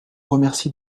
remercie